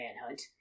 manhunt